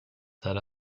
set